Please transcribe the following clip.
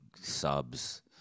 subs